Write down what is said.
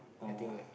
I think like